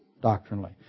doctrinally